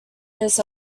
this